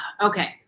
Okay